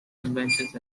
conventions